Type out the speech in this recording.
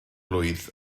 blwydd